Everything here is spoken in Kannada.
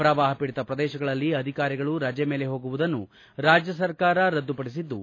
ಪ್ರವಾಹ ಪೀಡಿತ ಪ್ರದೇಶಗಳಲ್ಲಿ ಅಧಿಕಾರಿಗಳು ರಜೆ ಮೇಲೆ ಹೋಗುವುದನ್ನು ರಾಜ್ಯ ಸರ್ಕಾರ ರದ್ದುಪಡಿಸಿದ್ದು